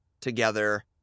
together